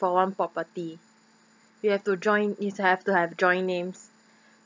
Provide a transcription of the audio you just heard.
for one property you have to join lease have to have joint names